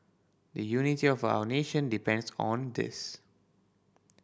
the unity of our nation depends on this